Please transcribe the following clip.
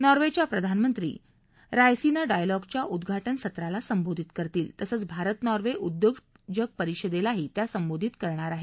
नॉर्वेच्या प्रधानमंत्री रायसिना डायलॉगच्या उद्घाटनसत्राला संबोधित करतील तसंच भारत नॉर्वे उद्योजक परिषदेलाही त्या संबोधित करणार आहेत